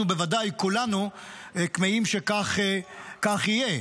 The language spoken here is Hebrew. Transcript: אנחנו בוודאי כולנו כמהים שכך יהיה.